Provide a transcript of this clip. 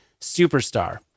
Superstar